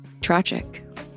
Tragic